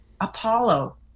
Apollo